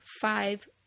Five